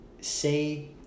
say